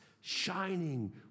shining